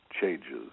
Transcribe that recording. changes